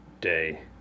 day